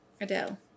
Adele